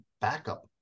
backup